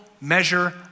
measure